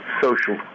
social